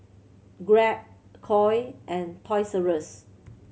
Grab Koi and Toys Rus